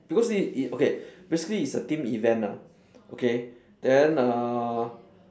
because it it okay basically it's a team event ah okay then uh